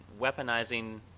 weaponizing